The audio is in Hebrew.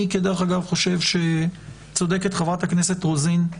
דרך אגב, אני חושב שצודקת חברת הכנסת רוזין,